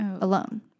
alone